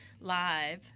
live